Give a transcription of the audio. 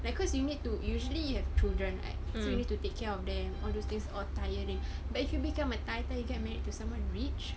that cause you need to usually you have children you you need to take care of them all those things all tiring but you can become a tai tai you get married to someone rich